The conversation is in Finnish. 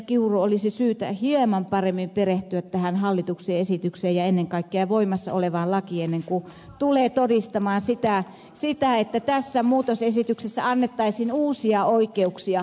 kiuru olisi syytä hieman paremmin perehtyä tähän hallituksen esitykseen ja ennen kaikkea jo voimassa olevaan lakiin ennen kuin tulee todistamaan sitä että tässä muutosesityksessä annettaisiin uusia oikeuksia käsittelyyn